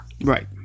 right